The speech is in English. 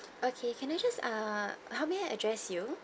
okay can I just uh how may I address you